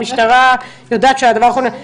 המשטרה יודעת שזה הדבר האחרון שאני רוצה.